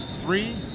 three